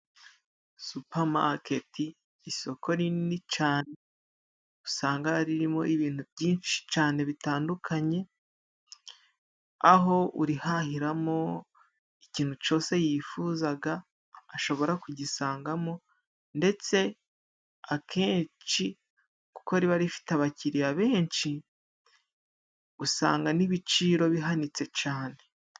Supa maketi, isoko rinini cane, usanga ririmo ibintu byinshi cane bitandukanye. Aho urihahiramo ikintu cyose yifuzaga ashobora kugisangamo. Ndetse akenshi kuko riba rifite abakiriya benshi, usanga n'ibiciro bihanitse cane.